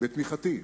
בתמיכתי,